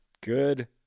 Good